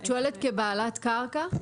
את שואלת כבעלת קרקע?